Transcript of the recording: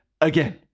again